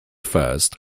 first